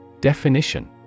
Definition